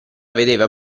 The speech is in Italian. vedeva